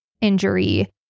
injury